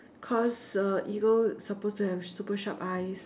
cause uh eagle supposed to have super sharp eyes